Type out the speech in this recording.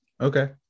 okay